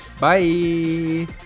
bye